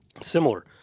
Similar